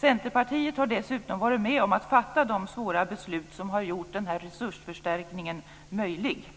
Centerpartiet har dessutom varit med om att fatta de svåra beslut som har gjort denna resursförstärkning möjlig.